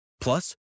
Plus